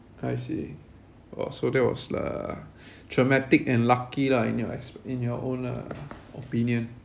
I see oh so there was the traumatic and lucky lah in your ex~ in your own uh opinion